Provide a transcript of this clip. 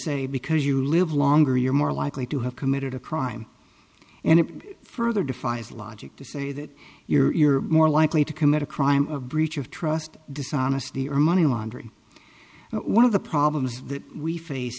say because you live longer you're more likely to have committed a crime and it further defies logic to say that you're more likely to commit a crime of breach of trust dishonesty or money laundering and one of the problems that we face